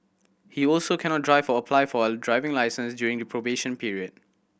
he also cannot drive or apply for a driving licence during the probation period